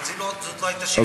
אבל לא זו הייתה השאלה.